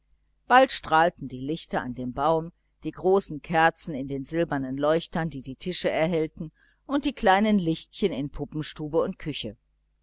bald strahlten die lichter an dem baum die großen kerzen in den silbernen leuchtern die die tische erhellten und die kleinen lichtchen in puppenstube und küche